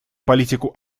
политику